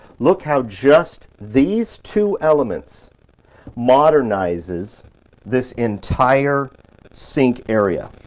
look how just these two elements modernizes this entire sink area.